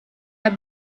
are